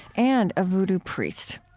and a vodou priest.